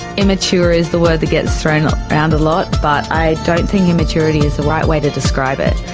immature is the word that gets thrown around a lot, but i don't think immaturity is the right way to describe it.